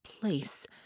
place